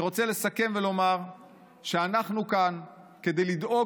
אני רוצה לסכם ולומר שאנחנו כאן כדי לדאוג